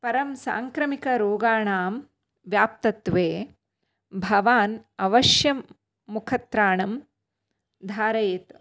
परं साङ्क्रमिकरोगाणां व्याप्तत्वे भवान् अवश्यं मुखत्राणं धारयतु